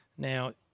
Now